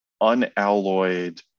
unalloyed